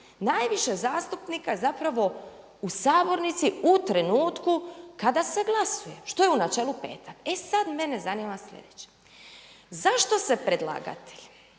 najviše zastupnika je zapravo u sabornici u trenutku kada se glasuje, što je u načelu petak. E sada mene zanima sljedeće. Zašto se predlagatelj,